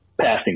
passing